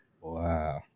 Wow